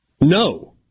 no